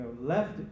left